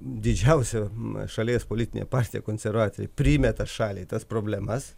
didžiausia m šalies politinė partija konservatoriai primeta šaliai tas problemas